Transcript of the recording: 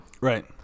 Right